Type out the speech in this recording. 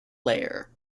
layer